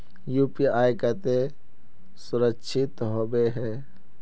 UPI केते सुरक्षित होबे है?